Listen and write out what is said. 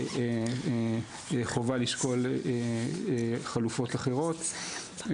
חובה לשקול חלופות אחרות,